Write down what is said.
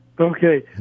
Okay